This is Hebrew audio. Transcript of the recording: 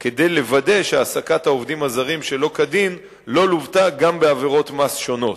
כדי לוודא שהעסקת העובדים הזרים שלא כדין לא לוותה גם בעבירות מס שונות.